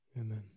Amen